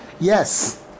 Yes